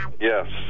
Yes